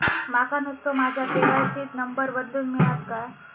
माका नुस्तो माझ्या के.वाय.सी त नंबर बदलून मिलात काय?